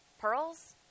pearls